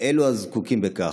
לאלו הזקוקים לכך,